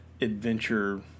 adventure